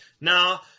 Now